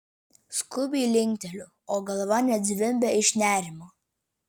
skubiai linkteliu o galva net zvimbia iš nerimo